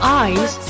eyes